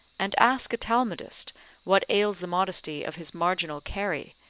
and ask a talmudist what ails the modesty of his marginal keri,